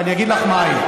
ואני אגיד לך מהי.